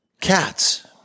CATS